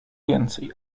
więcej